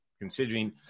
considering